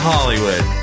Hollywood